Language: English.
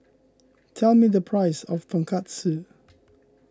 tell me the price of Tonkatsu